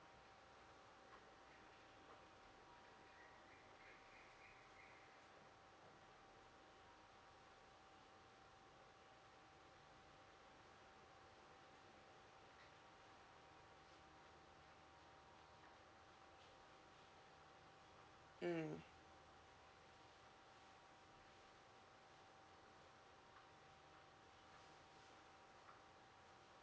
mm